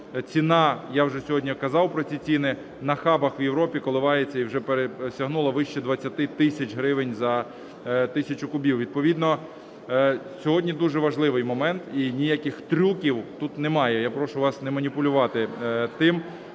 ціна, я вже сьогодні казав про ці ціни, на хабах в Європі коливається і вже пересягнула вище 20 тисяч гривень за тисячу кубів. Відповідно сьогодні дуже важливий момент і ніяких трюків тут немає, я прошу вас не маніпулювати тим